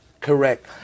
Correct